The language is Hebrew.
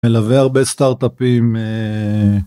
מלווה הרבה סטארט-אפים.